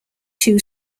two